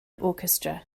orchestra